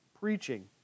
preaching